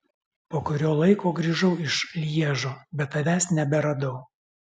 po kurio laiko grįžau iš lježo bet tavęs neberadau